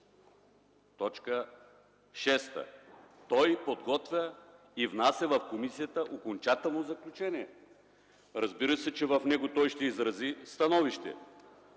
– т. 6. Той подготвя и внася в комисията окончателно заключение. Разбира се, че в него той ще изрази становище,